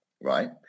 right